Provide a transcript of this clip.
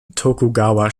tokugawa